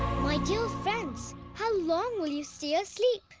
my dear friends, how long will you stay asleep!